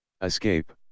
Escape